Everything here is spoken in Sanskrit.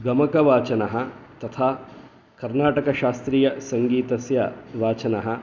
गमकवाचनः तथा कर्णाटकशास्त्रीय सङ्गीतस्य वाचनः